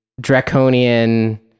draconian